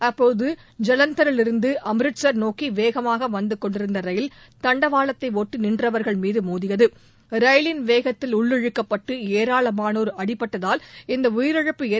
அப்போது ஐலந்தரிலிருந்து அமிர்தசரஸ நோக்கி வேகமாக வந்து கொண்டிருந்த ரயில் தண்டவாளத்தை ஒட்டி நின்றவர்கள் மீது ரயிலின் வேகத்தில் உள்ளிழுக்கப்பட்டு ஏராளமானோர் அடிப்பட்டதால் இந்த உயிரிழப்பு மோதியது